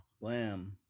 Blam